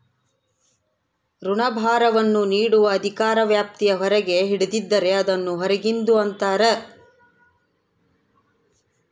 ಋಣಭಾರವನ್ನು ನೀಡುವ ಅಧಿಕಾರ ವ್ಯಾಪ್ತಿಯ ಹೊರಗೆ ಹಿಡಿದಿದ್ದರೆ, ಅದನ್ನು ಹೊರಗಿಂದು ಅಂತರ